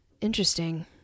Interesting